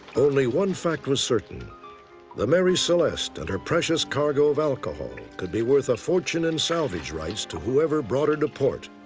only one fact was certain the mary celeste and her precious cargo of alcohol could be worth a fortune in salvage rights to whoever brought her to port.